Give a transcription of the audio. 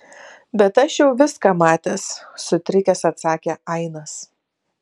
bet aš jau viską matęs sutrikęs atsakė ainas